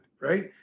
right